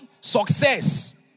success